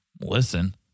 listen